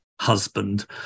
husband